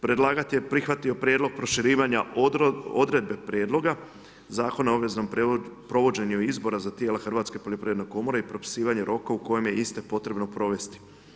Predlagatelj je prihvatio prijedlog proširivanja odredbe prijedloga, Zakona o obveznom provođenju izora za tijela Hrvatske poljoprivredne komore i propisivanje roka u kojem je isti potrebno provesti.